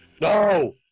No